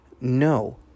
no